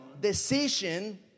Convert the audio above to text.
Decision